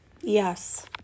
Yes